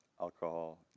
alcohol